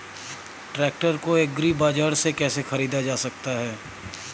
Tractor को Agri Bazaar से कैसे ख़रीदा जा सकता हैं?